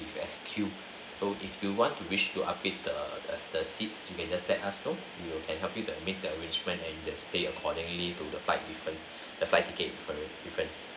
if as queue though if you want to wish to update the the seats may just let us know we will can help you to amend their arrangement and just pay accordingly to the flight difference the flight ticket for the difference